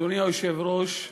אדוני היושב-ראש,